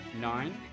nine